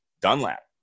Dunlap